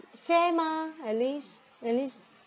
fair mah at least at least